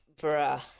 bruh